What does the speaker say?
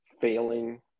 failing